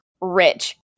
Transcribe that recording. rich